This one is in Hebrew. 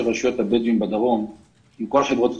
רשויות הבדואים בדרום ועם כל חברות התקשורת.